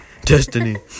Destiny